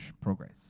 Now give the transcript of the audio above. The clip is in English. Progress